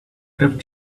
drift